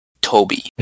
Toby